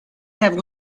have